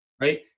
right